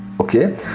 Okay